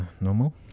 normal